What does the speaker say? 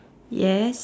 yes